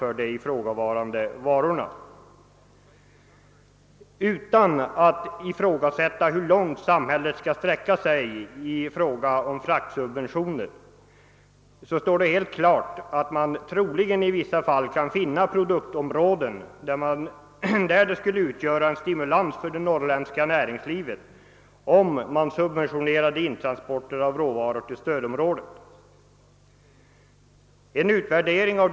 Utan att ta ställning till hur långt samhället kan sträcka sig i fråga om fraktsubventioner står det dock helt klart att det skulle innebära en stimulans för det norrländska näringslivet om intransport av vissa råvaror till stödområdet subventionerades.